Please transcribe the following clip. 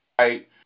right